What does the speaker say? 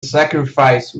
sacrifice